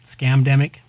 scamdemic